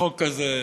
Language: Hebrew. בחוק כזה.